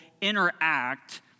interact